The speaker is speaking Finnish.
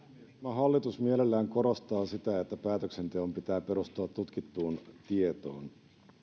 hallitus mielellään korostaa sitä että päätöksenteon pitää perustua tutkittuun tietoon